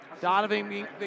Donovan